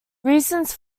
reasons